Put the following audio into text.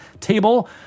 table